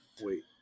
wait